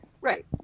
right